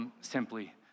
simply